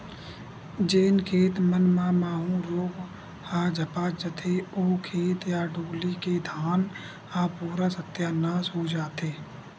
जेन खेत मन म माहूँ रोग ह झपा जथे, ओ खेत या डोली के धान ह पूरा सत्यानास हो जथे